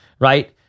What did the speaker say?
right